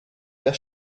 der